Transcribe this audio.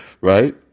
right